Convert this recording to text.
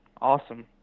Awesome